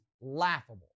laughable